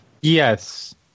Yes